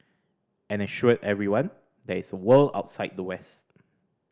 and assured everyone there is a world outside the west